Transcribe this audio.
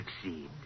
succeed